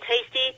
tasty